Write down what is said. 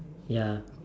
ya